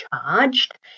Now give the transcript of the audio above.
charged